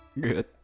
good